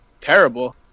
terrible